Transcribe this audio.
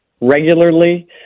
regularly